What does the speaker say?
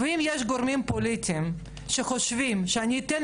ואם יש גורמים פוליטיים שחושבים שאני אתן